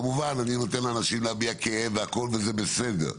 כמובן אני נותן לאנשים להביע כאב והכול וזה בסדר,